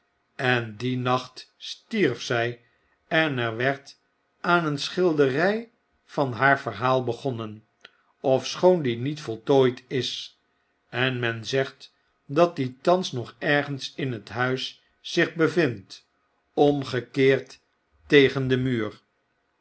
en dien nacht stierf zij en er werd aan een schilderij van haar verhaal begonnen ofschoon die niet voltooid is en men zegtdat die thans nog ergens in het huis zichbevindt omgekeerd tegen den muur